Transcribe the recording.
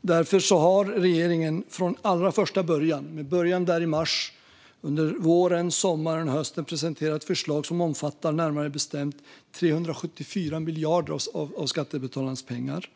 Därför har regeringen från allra första början, från mars och under våren, sommaren och hösten, presenterat förslag som omfattar närmare bestämt 374 miljarder kronor av skattebetalarnas pengar.